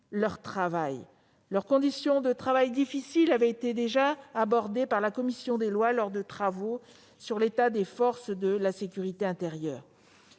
leur travail. Leurs conditions d'exercice difficiles avaient d'ailleurs été abordées par la commission des lois lors de nos travaux sur l'état des forces de sécurité intérieure.